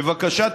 בבקשה,